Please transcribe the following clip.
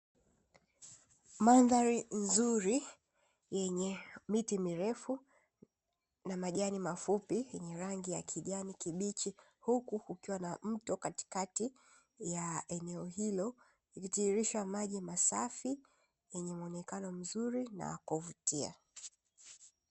Mandhari nzuri yenye miti mirefu na majani mafupi yenye rangi ya kijani kibichi, huku kukiwa na mto katikati ya eneo hilo ikitiririsha maji masafi yenye muonekano mzuri, na wakuvutia.